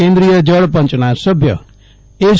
કેન્દ્રિય જળ પંચના સભ્ય એસ